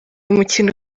mukino